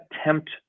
attempt